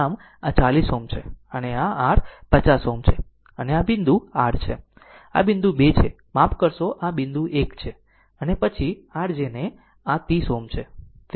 આમ આ 40 Ω છે અને આ R 50 Ω છે અને આ બિંદુ r છે આ બિંદુ 2 છે માફ કરશો આ બિંદુ 1 છે અને પછી r જેને આ 30 Ω છે તે આ રીતે જોડાયેલ છે